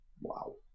wow